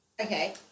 Okay